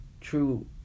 true